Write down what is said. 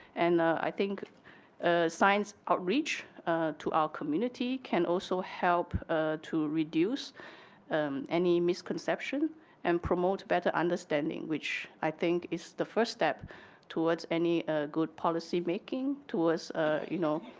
and i think science outreach to our community can also help to reduce any misconception and promote better understanding, which i think is the first step towards any good policy making, towards, you know,